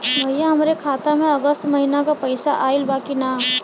भईया हमरे खाता में अगस्त महीना क पैसा आईल बा की ना?